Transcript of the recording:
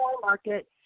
market